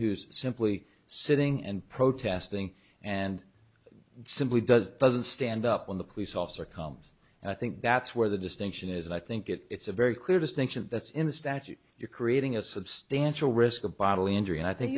who's simply sitting and protesting and simply does doesn't stand up when the police officer comes and i think that's where the distinction is i think it's a very clear distinction that's in the statute you're creating a substantial risk of bodily injury and i think